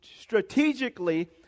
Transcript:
strategically